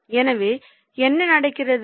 எனவே என்ன நடக்கிறது